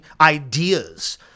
ideas